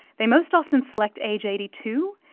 they most often select age eighty two.